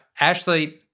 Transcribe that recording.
Ashley